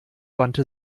wandte